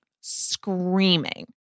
screaming